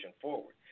forward